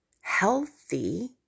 healthy